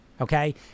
Okay